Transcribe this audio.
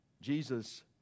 Jesus